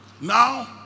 Now